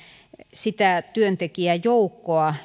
sitä työntekijäjoukkoa